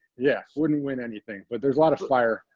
yeah, wouldn't win anything, but there's a lot of fire.